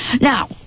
Now